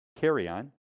carry-on